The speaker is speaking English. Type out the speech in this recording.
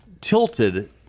tilted